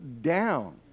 down